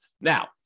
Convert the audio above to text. Now